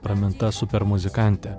praminta super muzikantė